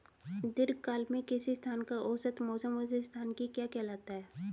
दीर्घकाल में किसी स्थान का औसत मौसम उस स्थान की क्या कहलाता है?